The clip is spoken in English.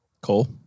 Cole